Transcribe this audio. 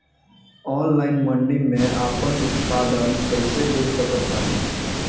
Online मंडी मे आपन उत्पादन कैसे बेच सकत बानी?